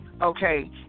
Okay